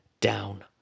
down